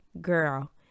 girl